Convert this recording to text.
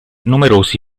numerosi